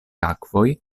akvoj